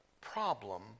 problem